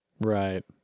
Right